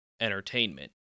entertainment